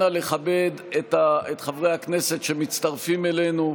אנא לכבד את חברי הכנסת שמצטרפים אלינו.